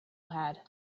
had